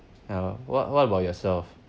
ya what what about yourself